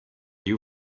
you